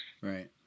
Right